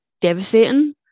devastating